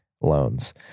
loans